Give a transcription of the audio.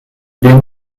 bum